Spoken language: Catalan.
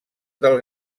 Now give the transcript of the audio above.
del